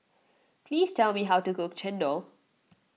please tell me how to cook Chendol